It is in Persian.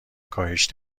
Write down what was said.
کاهش